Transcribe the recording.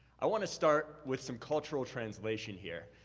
i want to start with some cultural translation here.